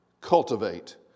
cultivate